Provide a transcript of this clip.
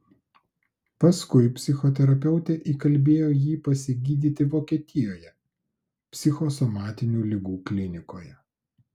paskui psichoterapeutė įkalbėjo jį pasigydyti vokietijoje psichosomatinių ligų klinikoje